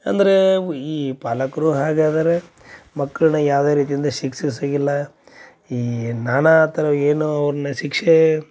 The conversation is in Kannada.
ಅಂದರೆ ಅವು ಈ ಪಾಲಕರು ಹಾಗಾದರೆ ಮಕ್ಕಳನ್ನ ಯಾವುದೇ ರೀತಿಯಿಂದ ಶಿಕ್ಷಿಸುಕಿಲ್ಲ ಈ ನಾನಾ ಥರ ಏನೋ ಅವ್ರನ್ನ ಶಿಕ್ಷೆ